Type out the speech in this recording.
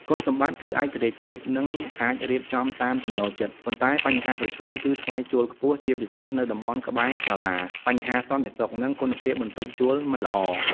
គុណសម្បត្តិគឺឯករាជ្យភាព និងអាចរៀបចំតាមចំណូលចិត្ត ប៉ុន្តែបញ្ហាប្រឈមគឺថ្លៃជួលខ្ពស់ ជាពិសេសនៅតំបន់ក្បែរសាលា បញ្ហាសន្តិសុខ និងគុណភាពបន្ទប់ជួលមិនល្អ។